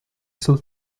sul